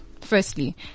firstly